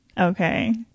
Okay